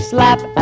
Slap